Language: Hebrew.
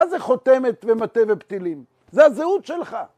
מה זה חותמת במטה ובפתילים? זה הזהות שלך.